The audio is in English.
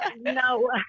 no